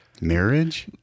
marriage